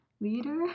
Leader